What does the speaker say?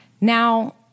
Now